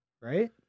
right